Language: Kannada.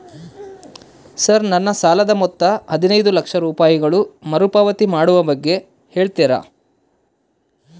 ಸರ್ ನನ್ನ ಸಾಲದ ಮೊತ್ತ ಹದಿನೈದು ಲಕ್ಷ ರೂಪಾಯಿಗಳು ಮರುಪಾವತಿ ಮಾಡುವ ಬಗ್ಗೆ ಹೇಳ್ತೇರಾ?